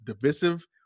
divisive